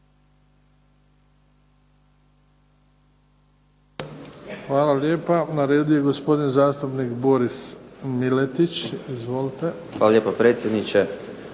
Hvala lijepa. Na redu je gospodin zastupnik Boris MIletić. Izvolite. **Miletić,